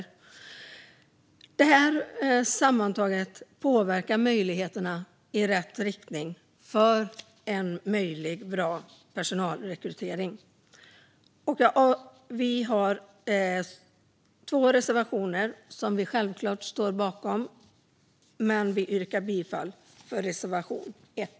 Allt detta sammantaget påverkar möjligheterna till en bra personalrekrytering i rätt riktning. Vi har två reservationer som vi självfallet står bakom, men vi yrkar bifall endast till reservation 1.